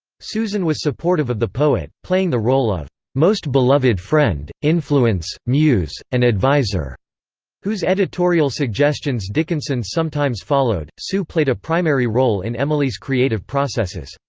susan was supportive of the poet, playing the role of most beloved friend, influence, muse, and adviser whose editorial suggestions dickinson sometimes followed, sue played a primary role in emily's creative processes.